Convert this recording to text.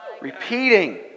Repeating